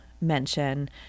mention